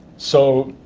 so